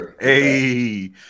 Hey